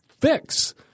fix